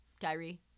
Kyrie